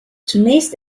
zunächst